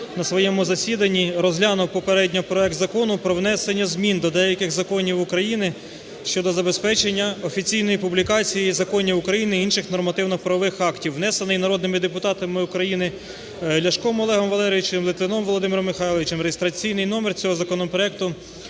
на своєму засіданні розглянув попередньо проект Закону про внесення змін до деяких законів України щодо забезпечення офіційної публікації законів України й інших нормативно-правових актів, внесений народними депутатами України Ляшком Олегом Валерійовичем, Литвином Володимиром Михайловичем (реєстраційний номер цього законопроекту